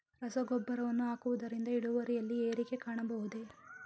ರಸಗೊಬ್ಬರವನ್ನು ಹಾಕುವುದರಿಂದ ಇಳುವರಿಯಲ್ಲಿ ಏರಿಕೆ ಕಾಣಬಹುದೇ?